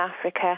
Africa